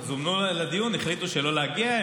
זומנו לדיון, החליטו לא להגיע.